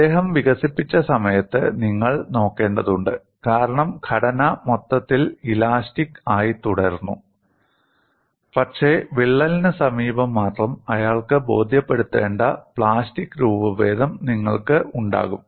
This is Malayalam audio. അദ്ദേഹം വികസിപ്പിച്ച സമയത്ത് നിങ്ങൾ നോക്കേണ്ടതുണ്ട് കാരണം ഘടന മൊത്തത്തിൽ ഇലാസ്റ്റിക് ആയി തുടർന്നു പക്ഷേ വിള്ളലിന് സമീപം മാത്രം അയാൾക്ക് ബോധ്യപ്പെടുത്തേണ്ട പ്ലാസ്റ്റിക് രൂപഭേദം നിങ്ങൾക്ക് ഉണ്ടാകും